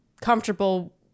comfortable